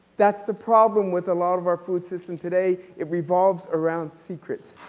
that's the problem with a lot of our food systems today, it revolves around secrets.